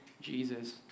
Jesus